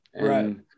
Right